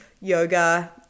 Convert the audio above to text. yoga